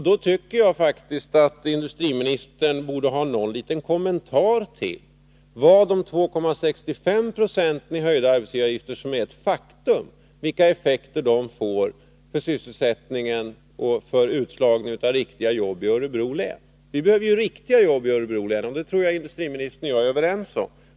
Jag tycker därför att industriministern borde kunna göra någon liten kommentar om vilka effekter de 2,65 90 i höjda arbetsgivaravgifter som är ett faktum får för sysselsättningen och för utslagningen av riktiga jobb i Örebro län. Vi behöver ju riktiga jobb i Örebro län, och det tror jag att industriministern och jag är överens om.